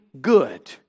good